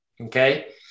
Okay